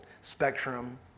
spectrum